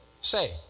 say